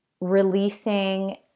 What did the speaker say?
releasing